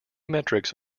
metrics